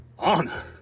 Honor